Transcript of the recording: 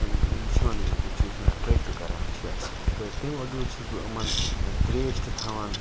وٕچھان یُس بہٕ چھُس یُس مےٚ اَٹریکٹہ کَران چھُ تہٕ تمہِ وَغٲر چھُس بہٕ یِمَن تریش تہِ تھاوان